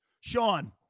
Sean